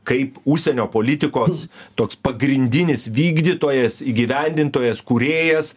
kaip užsienio politikos toks pagrindinis vykdytojas įgyvendintojas kūrėjas